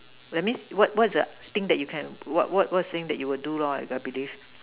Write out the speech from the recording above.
that means what what's the thing that you can what what what thing that you will do lor I believe